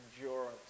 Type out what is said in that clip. endurance